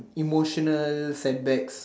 emotional setbacks